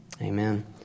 Amen